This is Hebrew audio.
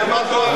אני חושבת,